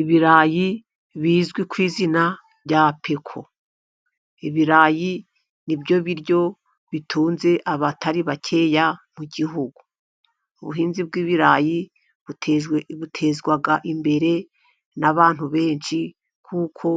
Ibirayi bizwi ku izina rya peko. Ibirayi ni byo biryo bitunze abatari bakeya mu gihugu. Ubuhinzi bw'ibirayi butezwa imbere n'abantu benshi kuko